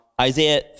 Isaiah